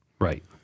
Right